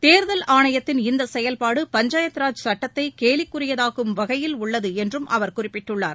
தேர்தல் ஆணையத்தின் இந்த செயல்பாடு பஞ்சாயத் ராஜ் சுட்டத்தை கேலிக்குரியதாக்கும் வகையில் உள்ளது என்றும் அவர் குறிப்பிட்டுள்ளார்